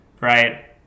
right